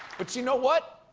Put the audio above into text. but you know what?